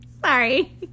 Sorry